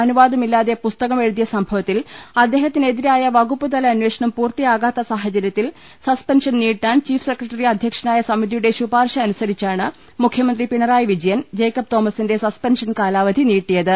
അനു വാദമില്ലാതെ പുസ്തകമെഴുതിയ സംഭവത്തിൽ അദ്ദേഹത്തിനെതിരായ വകുപ്പുതല അന്വേഷണം പൂർത്തിയാകാത്ത് സാഹചര്യത്തിൽ സസ്പെൻഷൻ നീട്ടാൻ ചീഫ് സെക്രട്ടറി അദ്ധ്യക്ഷനായ സമിതിയുടെ ശുപാർശ അനുസരിച്ചാണ് മുഖ്യമന്ത്രി പിണറായി വിജയൻ ജേക്കബ് തോമസിന്റെ സസ്പെൻഷൻ കാലാവധി നീട്ടിയത്